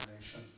nation